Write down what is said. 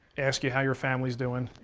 ask you how your family is doing,